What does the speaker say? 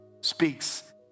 speaks